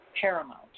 paramount